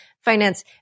finance